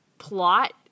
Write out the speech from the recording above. Plot